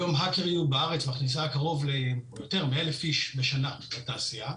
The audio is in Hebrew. היום HackerU בארץ מכניסה קרוב ליותר מאלף איש בשנה לתעשייה,